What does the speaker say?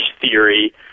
theory